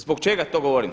Zbog čega to govorim?